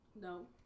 No